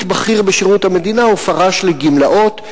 בכיר בשירות המדינה ופרש לגמלאות.